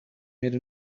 made